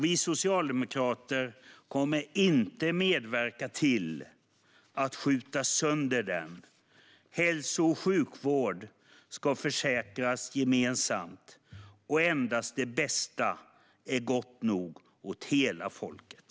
Vi socialdemokrater kommer inte att medverka till att skjuta sönder den. Hälso och sjukvård ska försäkras gemensamt, och endast det bästa är gott nog åt hela folket.